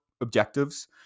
objectives